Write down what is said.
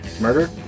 murder